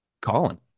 Colin